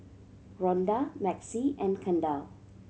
Rhonda Maxie and Kendall